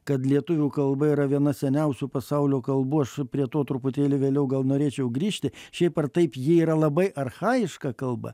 kad lietuvių kalba yra viena seniausių pasaulio kalbų aš prie to truputėlį vėliau gal norėčiau grįžti šiaip ar taip ji yra labai archajiška kalba